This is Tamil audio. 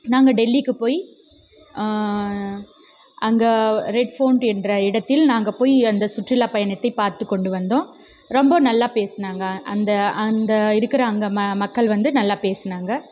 நாங்கள் டெல்லிக்கு போய் அங்க ரெட்ஃபவுன்ட் இடத்தில் நாங்கள் போய் அந்த சுற்றுலா பயணத்தை பார்த்து கொண்டு வந்தோம் ரொம்ப நல்லா பேசுனாங்க அந்த அந்த இருக்கிற அங்கே மக்கள் வந்து நல்லா பேசினாங்க